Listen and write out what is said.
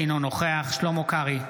אינו נוכח שלמה קרעי,